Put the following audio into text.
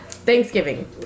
Thanksgiving